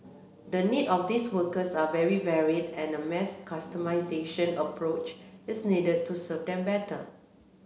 the need of these workers are very varied and a mass customisation approach is needed to serve them better